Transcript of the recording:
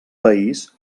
país